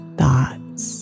thoughts